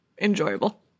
enjoyable